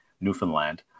Newfoundland